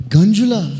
Ganjula